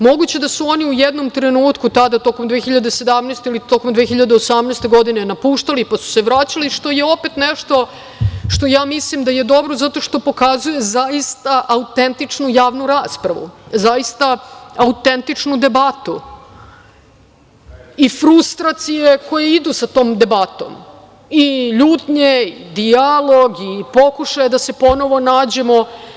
Moguće je da su u jednom trenutku, tada tokom 2017. ili tokom 2018. godine napuštali, pa su se vraćali, što je opet nešto što je dobro, jer pokazuje zaista autentičnu javnu raspravu, zaista autentičnu debatu i frustracije koje idu sa tom debatom, ljutnje, dijalog i pokušaje da se ponovo nađemo.